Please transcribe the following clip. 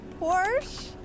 Porsche